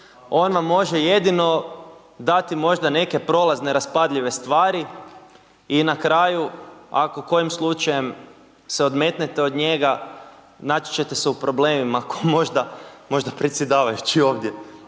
on vam može jedino dati možda neke prolazne raspadljive stvari i na kraju, ako kojim slučajem se odmetnete od njega, naći ćete se u problemima kao možda predsjedavajući ovdje,